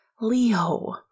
Leo